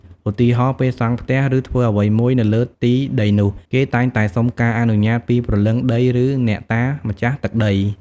ឧទាហរណ៍ ពេលសង់ផ្ទះ ឬធ្វើអ្វីមួយនៅលើទីដីនោះ គេតែងតែសុំការអនុញ្ញាតពីព្រលឹងដីឬអ្នកតាម្ចាស់ទឹកដី។